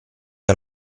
che